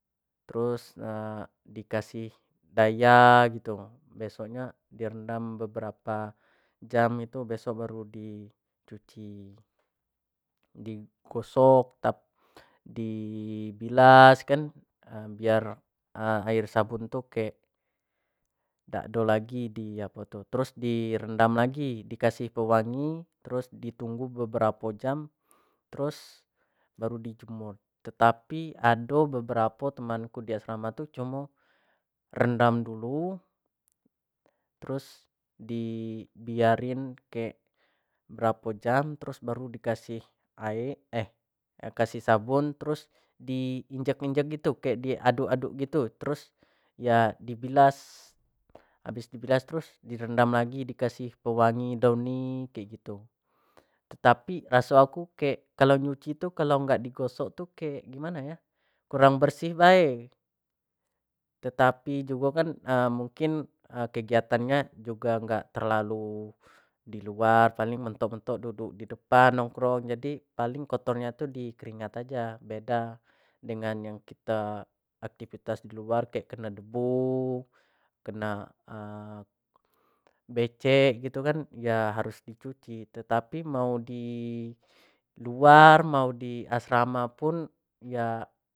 Terus, dikasih daia gitu besoknya direndam beberapa jam itu besok baru dicuci digosok tapi dibilas kan biar air sabun tuh kek dak do lagi dia tuh terus direndam lagi dikasih pewangi downy terus ditunggu beberapa jam terus baru dijemur tetapi ado beberapa temanku di asrama tuh cuma rendam dulu terus dibiarin ke berapa jam terus baru dikasih air eh kasih sabun terus diinjek-injek gitu kayak diaduk-aduk gitu terus ya dibilas terus direndam lagi dikasih pewangi kayak gitu tetapi rasa aku kek kalau nyuci tuh kalau nggak digosok tuh kayak gimana ya kurang bersih bae tetapi juga kan mungkin kegiatannya juga nggak terlalu di luar paling mentok-metok duduk di depan nongkrong jadi paling kotornya tuh di keringat aja beda dengan yang kita aktivitas di luar kayak knalpot kena becek gitu kan ya harus dicuci tetapi mau di luar mau di asrama